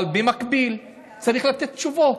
אבל במקביל צריך לתת תשובות.